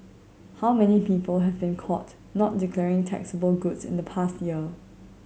how many people have been caught not declaring taxable goods in the past year